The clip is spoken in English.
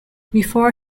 before